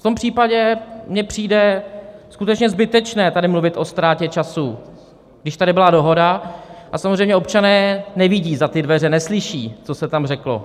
V tom případě mi přijde skutečně zbytečné tady mluvit o ztrátě času, když tady byla dohoda, a samozřejmě občané nevidí za ty dveře, neslyší, co se tam řeklo.